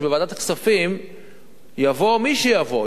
שלוועדת הכספים יבוא מי שיבוא,